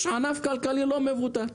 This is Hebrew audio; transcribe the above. יש ענף כלכלי לא מבוטל.